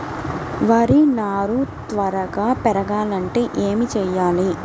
వరి నారు త్వరగా పెరగాలంటే ఏమి చెయ్యాలి?